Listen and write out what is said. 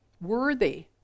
worthy